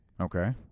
Okay